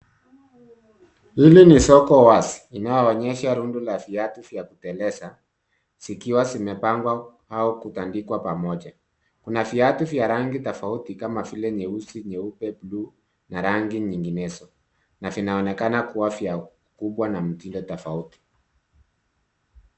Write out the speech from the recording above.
Hili ni soko wazi inayo onyesha rundo la viatu vya kuteleza, zikiwa zimepangwa au kutandikwa pamoja. Kuna viatu vya rangi tofauti kama vile nyeusi, nyeupe, buluu na rangi nyinginezo. Na vinaonekana kuwa vya ukubwa na mtindo tofauti.